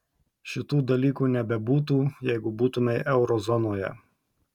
šitų dalykų nebebūtų jeigu būtumei euro zonoje